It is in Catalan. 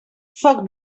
foc